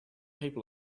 people